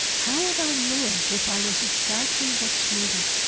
how would i live if i was exactly what's needed